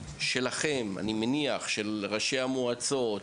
אני מניח שהתפקיד שלכם, של ראשי המועצות,